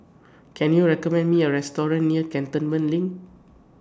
Can YOU recommend Me A Restaurant near Cantonment LINK